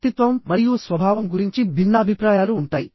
వ్యక్తిత్వం మరియు స్వభావం గురించి భిన్నాభిప్రాయాలు ఉంటాయి